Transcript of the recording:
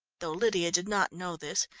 though lydia did not know this,